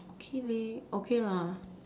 okay leh okay lah